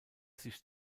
sich